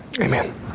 Amen